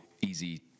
easy